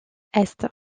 est